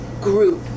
group